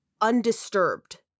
undisturbed